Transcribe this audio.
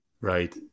Right